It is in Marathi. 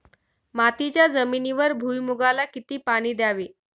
मातीच्या जमिनीवर भुईमूगाला किती पाणी द्यावे?